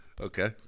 Okay